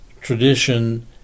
tradition